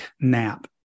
nap